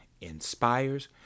inspires